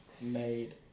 made